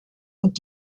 und